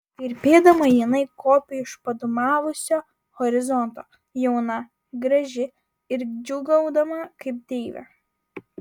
virpėdama jinai kopė iš padūmavusio horizonto jauna graži ir džiūgaudama kaip deivė